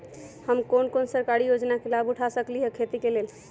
हम कोन कोन सरकारी योजना के लाभ उठा सकली ह खेती के लेल?